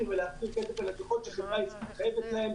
ולהפסיד כסף על לקוחות שחברה עסקית חייבת להם.